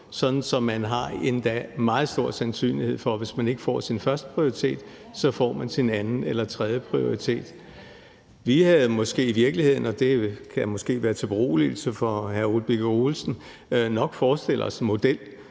sådan at man har endda meget stor sandsynlighed for, hvis man ikke får sin førsteprioritet, at få sin anden- eller tredjeprioritet. Vi havde måske i virkeligheden – og det kan måske være til beroligelse for hr. Ole Birk Olesen – nok forestillet os en model,